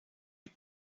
die